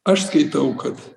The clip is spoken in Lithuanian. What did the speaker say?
aš skaitau kad